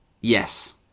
Yes